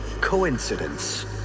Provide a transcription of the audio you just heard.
coincidence